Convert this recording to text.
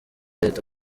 leta